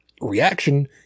reaction